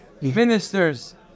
ministers